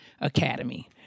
academy